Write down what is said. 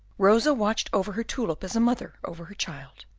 rosa watched over her tulip as a mother over her child,